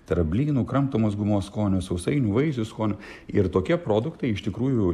tai yra blynų kramtomos gumos skonio sausainių vaisių skonio ir tokie produktai iš tikrųjų